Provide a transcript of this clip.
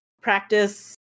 practice